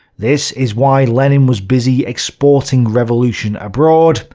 this is why lenin was busy exporting revolution abroad,